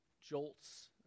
jolts